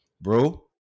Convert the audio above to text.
bro